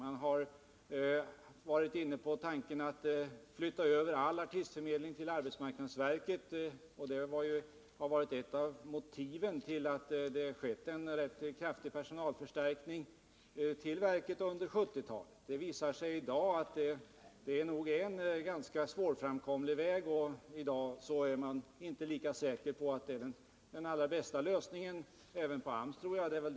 Man har också varit inne på tanken att flytta över all artistförmedling till arbetsmarknadsverket — det har f. ö. varit ett av motiven till att verket fått en rätt kraftig personalförstärkning under 1970-talet. Det har nu visat sig att detta är en ganska svårframkomlig väg, och jag tror att man i dag även inom AMS är osäker om huruvida denna lösning är den allra bästa.